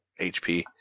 HP